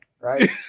right